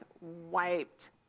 wiped